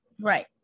Right